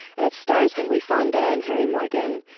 and it stars henry fonda and harry morgan.